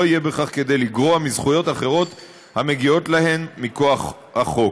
לא יהיה בכך כדי לגרוע מזכויות אחרות המגיעות להם מכוח החוק.